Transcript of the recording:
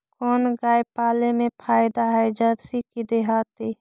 कोन गाय पाले मे फायदा है जरसी कि देहाती?